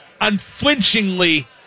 unflinchingly